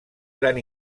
gran